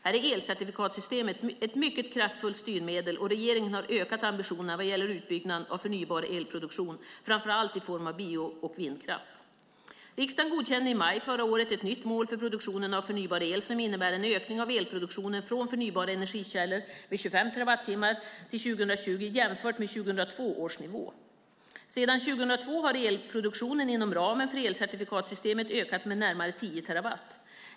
Här är elcertifikatssystemet ett mycket kraftfullt styrmedel och regeringen har ökat ambitionerna vad gäller utbyggnaden av förnybar elproduktion, framför allt i form av bio och vindkraft. Riksdagen godkände i maj förra året ett nytt mål för produktionen av förnybar el som innebär en ökning av elproduktionen från förnybara energikällor med 25 terawattimmar till 2020 jämfört med 2002 års nivå. Sedan år 2002 har elproduktionen inom ramen för elcertifikatssystemet ökat med närmare 10 terawattimmar.